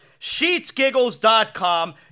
Sheetsgiggles.com